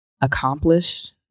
accomplished